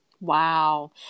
Wow